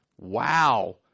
wow